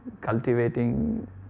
cultivating